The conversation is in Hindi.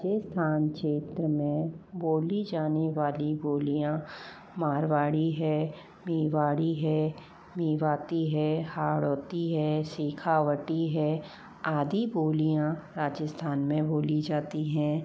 राजस्थान क्षेत्र में बोली जाने वाली बोलियाँ मारवाड़ी है भिवाड़ी है भिवाती है हाडौती है सिखावटी है आदि बोलियाँ राजस्थान में बोली जाती है